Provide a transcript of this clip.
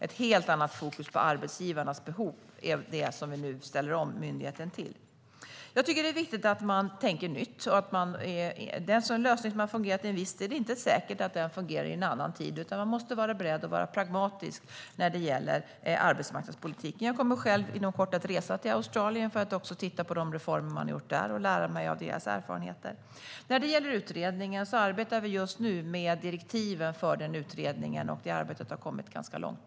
Ett helt annan fokus på arbetsgivarnas behov är det vi nu ställer om myndigheten till. Jag tycker att det är viktigt att man tänker nytt. Det är inte säkert att en lösning som har fungerat under en viss tid fungerar i en annan tid, utan man måste vara beredd att vara pragmatisk när det gäller arbetsmarknadspolitiken. Jag kommer själv inom kort att resa till Australien för att titta på de reformer som man har gjort där och lära mig av deras erfarenheter. När det gäller utredningen arbetar vi just nu med direktiven. Det arbetet har kommit ganska långt.